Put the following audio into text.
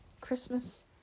christmas